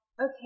okay